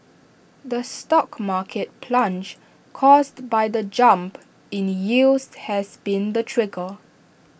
the stock market plunge caused by the jump in yields has been the trigger